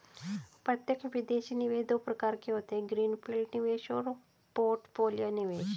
प्रत्यक्ष विदेशी निवेश दो प्रकार के होते है ग्रीन फील्ड निवेश और पोर्टफोलियो निवेश